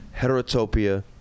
Heterotopia